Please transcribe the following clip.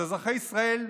אז אזרחי ישראל,